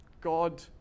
God